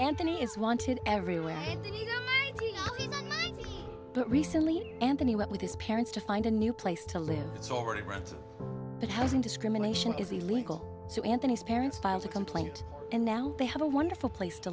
anthony is wanted everywhere but recently he went with his parents to find a new place to live but housing discrimination is illegal so anthony's parents filed a complaint and now they have a wonderful place to